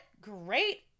great